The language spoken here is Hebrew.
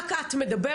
רק את מדברת,